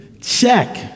Check